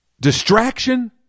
distraction